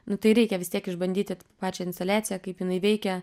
nu tai reikia vis tiek išbandyti pačią instaliaciją kaip jinai veikia